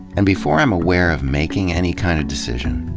and before i'm aware of making any kind of decision,